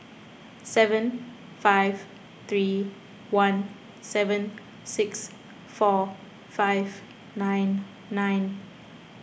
seven five three one seven six four five nine nine